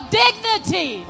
dignity